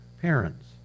parents